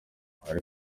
ari